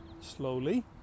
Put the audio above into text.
slowly